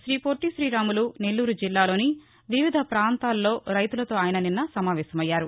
శ్రీ పొట్టి శ్రీరాములు నెల్లూరు జిల్లాలోని వివిధ పాంతాల్లో రైతులతో ఆయన నిన్న సమావేశమయ్యారు